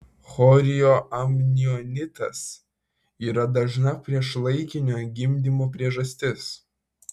chorioamnionitas yra dažna priešlaikinio gimdymo priežastis